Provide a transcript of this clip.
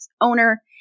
owner